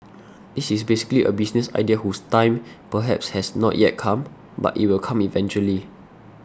this is basically a business idea whose time perhaps has not yet come but it will come eventually